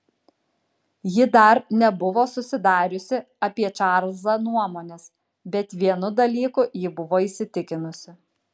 ji dar nebuvo susidariusi apie čarlzą nuomonės bet vienu dalyku ji buvo įsitikinusi